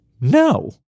no